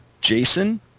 Jason